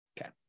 Okay